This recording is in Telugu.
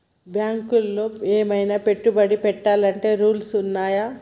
బ్యాంకులో ఏమన్నా పెట్టుబడి పెట్టాలంటే రూల్స్ ఉన్నయా?